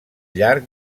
llarg